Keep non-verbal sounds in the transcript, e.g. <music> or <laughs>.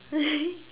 <laughs>